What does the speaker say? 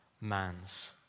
man's